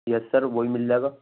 یس sir وہ بھی مل جائے گا